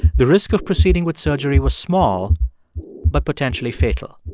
the risk of proceeding with surgery was small but potentially fatal.